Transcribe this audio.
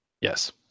Yes